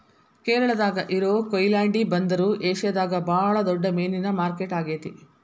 ಕೇರಳಾದಾಗ ಇರೋ ಕೊಯಿಲಾಂಡಿ ಬಂದರು ಏಷ್ಯಾದಾಗ ಬಾಳ ದೊಡ್ಡ ಮೇನಿನ ಮಾರ್ಕೆಟ್ ಆಗೇತಿ